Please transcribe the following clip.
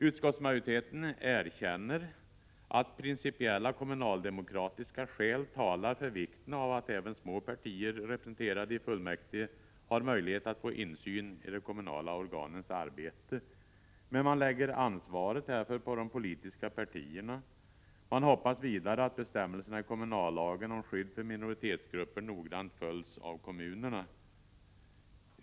Utskottsmajoriteten erkänner att principiella kommunaldemokratiska skäl talar för att även små partier representerade i fullmäktige ges möjlighet att få insyn i de kommunala organens arbete, men man lägger ansvaret härför på de politiska partierna. Man hoppas vidare att bestämmelserna i kommunallagen om skydd för minoritetsgrupper noggrant följs av kommunerna.